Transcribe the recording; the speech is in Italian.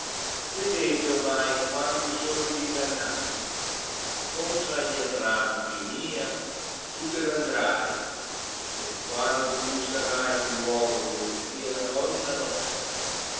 vedete ornai quanti son gv ingannati gontra gli erranti mia tu te ne andrai quando tu sarai in luogo dove sia la donna nostra non